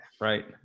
right